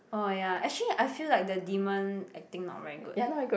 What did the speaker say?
oh ya actually I feel like the demon acting not very good